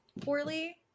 poorly